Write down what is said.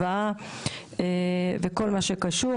הבאה וכל מה שקשור.